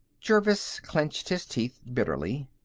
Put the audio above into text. jervis clenched his teeth bitterly.